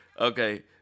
Okay